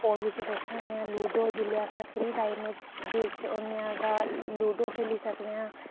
phone बिच दिखने होन्ने आं लूडो जिल्लै अस फ्री टाइम बिच होने आं तां लूडो खेली सकनेआं